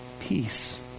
peace